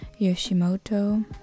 Yoshimoto